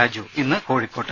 രാജു ഇന്ന് കോഴിക്കോട്ട്